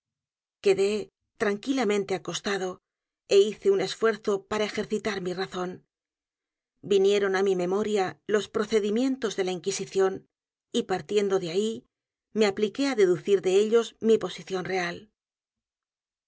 quedé tranquilamente acostado é hice un esfuerzo para ejercitar mi razón vinieron á mi memoria los procedimientos de la inquisición y partiendo de ahí me apliqué á deducir de ellos mi posición real